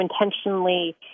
intentionally